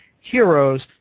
Heroes